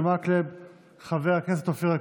כאשר המשבר הראשון,